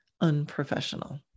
unprofessional